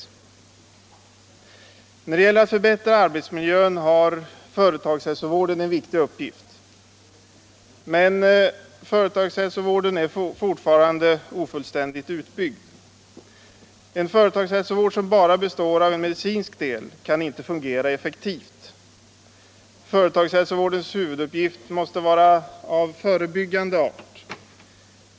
När det gäller att förbättra arbetsmiljön har företagshälsovården en viktig uppgift. Men företagshälsovården är fortfarande ofullständigt utbyggd. En företagshälsovård som bara består av en medicinsk del kan inte fungera effektivt. Företagshälsovårdens huvuduppgift måste vara av förebyggande art.